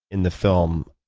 in the film,